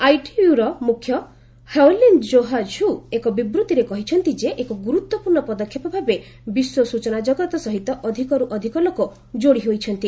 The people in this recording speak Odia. ଆଇଟିୟୁର ମୁଖ୍ୟ ହାଓୁଲିନ୍ ଜୋହା ଝୁ ଏକ ବିବୃତ୍ତିରେ କହିଛନ୍ତି ଯେ ଏକ ଗୁରୁତ୍ୱପୂର୍ଣ୍ଣ ପଦକ୍ଷେପ ଭାବେ ବିଶ୍ୱ ସୂଚନା ଜଗତ ସହିତ ଅଧିକରୁ ଅଧିକ ଲୋକ ଯୋଡ଼ି ହୋଇଛନ୍ତି